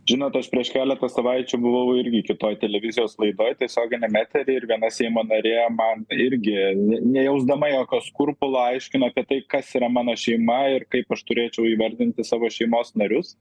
žinot aš prieš keletą savaičių buvau irgi kitoj televizijos laidoj tiesioginiam etery ir viena seimo narė man irgi nejausdama jokio skrupulo aiškino kad tai kas yra mano šeima ir kaip aš turėčiau įvardinti savo šeimos narius